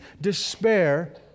despair